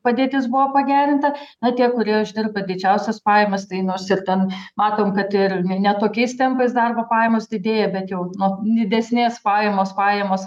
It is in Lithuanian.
padėtis buvo pagerinta na tie kurie uždirba didžiausias pajamas tai nors ir ten matom kad ir ne tokiais tempais darbo pajamos didėja bet jau nu didesnės pajamos pajamos